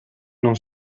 non